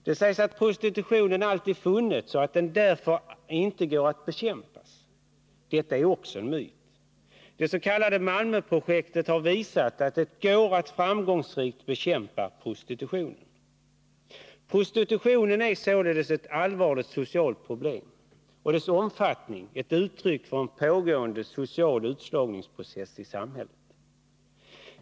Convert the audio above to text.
Det sägs att prostitutionen alltid har funnits och att den därför inte går att bekämpa. Detta är också en myt. Det s.k. Malmöprojektet har visat att det går att framgångsrikt bekämpa prostitutionen. Prostitutionen är ett allvarligt socialt problem och dess omfattning ett uttryck för en pågående social utslagningsprocess i samhället.